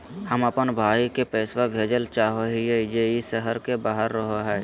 हम अप्पन भाई के पैसवा भेजल चाहो हिअइ जे ई शहर के बाहर रहो है